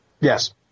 Yes